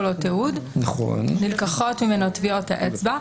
לו תיעוד נלקחות ממנו טביעות האצבע,